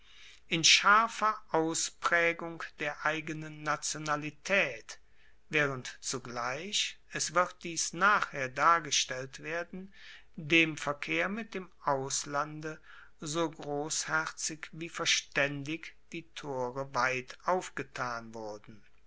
in scharfer auspraegung der eigenen nationalitaet waehrend zugleich es wird dies nachher dargestellt werden dem verkehr mit dem auslande so grossherzig wie verstaendig die tore weit aufgetan wurden